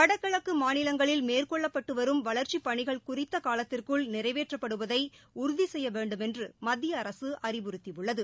வடகிழக்கு மாநிலங்களில் மேற்கொள்ளப்பட்டு வரும் வளர்ச்சிப் பணிகளை குறித்த காலத்திற்குள் நிறைவேற்றப்படுவதை உறுதி செய்ய வேண்டுமென்று மத்திய அரசு அறிவறுத்தியுள்ளது